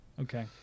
Okay